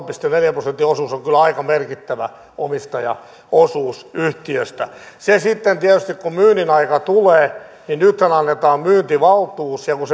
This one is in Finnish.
pilkku neljän prosentin osuus on kyllä aika merkittävä omistajaosuus yhtiöstä sitten tietysti kun myynnin aika tulee nythän annetaan myyntivaltuus ja kun